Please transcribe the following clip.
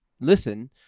listen